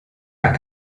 nach